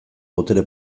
botere